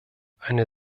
eine